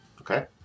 Okay